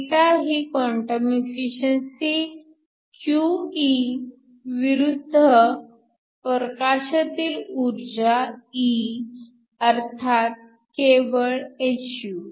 η ही quantum efficiency QE विरुद्ध प्रकाशातील ऊर्जा E अर्थात केवळ hυ